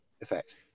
effect